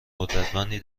قدرتمندی